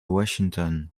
washington